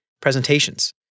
presentations